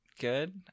good